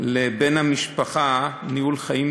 לבן המשפחה ניהול חיים